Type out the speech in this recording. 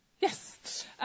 Yes